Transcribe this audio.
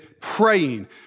praying